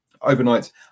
Overnight